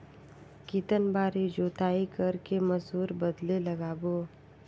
कितन बार जोताई कर के मसूर बदले लगाबो?